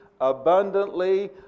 abundantly